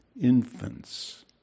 infants